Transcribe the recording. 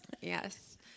Yes